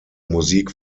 musik